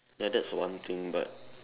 ya that's one thing but